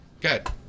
Good